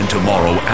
Tomorrow